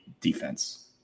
defense